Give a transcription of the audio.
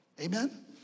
Amen